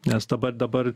nes dabar dabar